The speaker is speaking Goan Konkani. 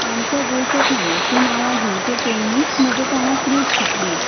आमच्या गोंयच्या खाणाचीं नांवां घेवचे पयलींच म्हज्या तोंडाक रूच सुटली